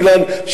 אילן,